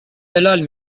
بلال